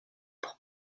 pour